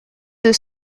deux